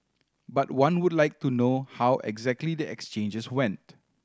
but one would like to know how exactly the exchanges went